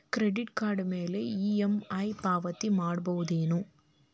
Credit card ಮ್ಯಾಲೆ EMI ಪಾವತಿ ಮಾಡ್ಬಹುದೇನು?